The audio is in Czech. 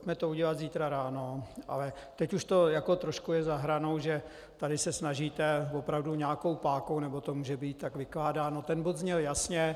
Pojďme to udělat zítra ráno, ale teď už to je trošku za hranou, že tady se snažíte opravdu nějakou pákou, nebo to může být tak vykládáno ten bod zněl jasně.